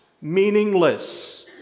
meaningless